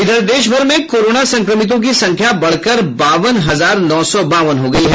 इधर देश भर में कोरोना संक्रमितों की संख्या बढ़कर बावन हजार नौ सौ बावन हो गयी है